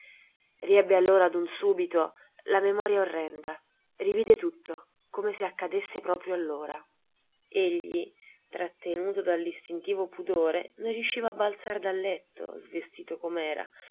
riebbe allora d'un subito la memoria orrenda rivide tutto come se accadesse proprio allora egli trattenuto dall'istintivo pudore non riusciva a balzar dal letto svestito